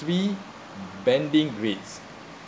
three banding grades